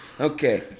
Okay